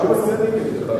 כמה סגנים כבר יש לך,